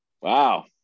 Wow